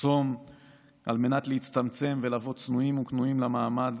צום על מנת להצטמצם ולבוא צנועים וכנועים למעמד,